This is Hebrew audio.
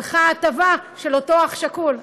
הלכה ההטבה של אותו אח שכול,